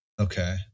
Okay